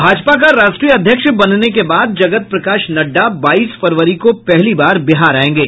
भाजपा का राष्ट्रीय अध्यक्ष बनने के बाद जगत प्रकाश नड्डा बाईस फरवरी को पहली बार बिहार आएंगे